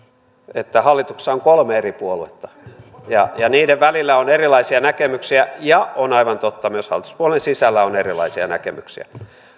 että hallituksessa on kolme eri puoluetta ja ja niiden välillä on erilaisia näkemyksiä ja on aivan totta että myös hallituspuolueiden sisällä on erilaisia näkemyksiä